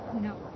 no